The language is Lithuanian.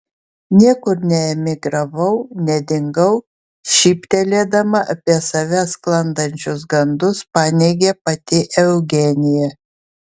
niekur neemigravau nedingau šyptelėdama apie save sklandančius gandus paneigė pati eugenija